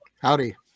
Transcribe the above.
Howdy